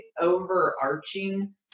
overarching